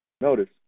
Notice